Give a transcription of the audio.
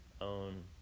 own